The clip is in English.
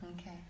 okay